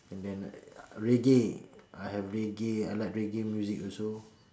and then reggae I have reggae I like reggae music also